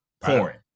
pouring